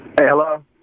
hello